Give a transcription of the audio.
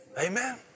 Amen